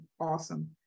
awesome